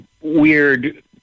weird